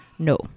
No